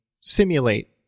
simulate